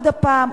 עוד פעם,